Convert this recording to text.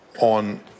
On